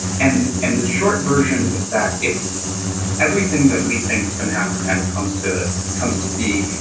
and and the short version is that if everything that we think is gonna happen kind of comes to comes to be,